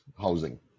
housing